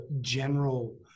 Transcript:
general